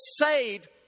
saved